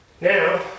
Now